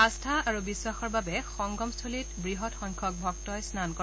আস্থা আৰু বিশ্বাসৰ বাবে সংগমথলীত বৃহৎ সংখ্যক ভক্তই স্নান কৰে